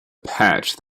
patch